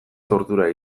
tortura